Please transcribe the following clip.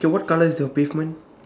okay [what] color is your pavement